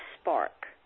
spark